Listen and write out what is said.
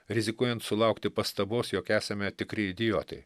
rizikuojant sulaukti pastabos jog esame tikri idiotai